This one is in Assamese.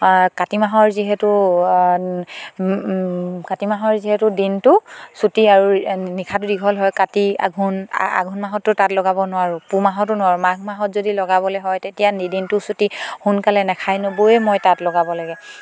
কাতি মাহৰ যিহেতু কাতি মাহৰ যিহেতু দিনটো চুটি আৰু নিশাটো দীঘল হয় কাতি আঘোণ আঘোণ মাহততো তাঁত লগাব নোৱাৰোঁ পুহ মাহতো নোৱাৰোঁ মাঘ মাহত যদি লগাবলে হয় তেতিয়া নিদিনটো চুটি সোনকালে নেখাই নবৈৱে মই তাঁত লগাব লাগে